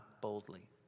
boldly